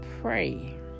pray